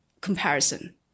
comparison